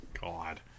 God